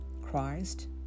Christ